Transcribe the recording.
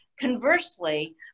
Conversely